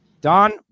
Don